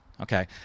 okay